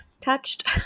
touched